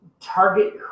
target